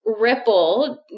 ripple